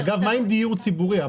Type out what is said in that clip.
אגב, מה עם דיור ציבורי?